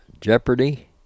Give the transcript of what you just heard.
Jeopardy